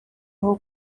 aho